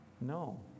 No